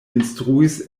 instruis